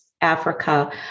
Africa